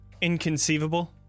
inconceivable